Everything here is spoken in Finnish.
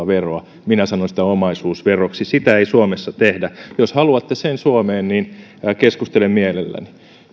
veroa minä sanon sitä omaisuusveroksi sitä ei suomessa tehdä jos haluatte sen suomeen niin keskustelen mielelläni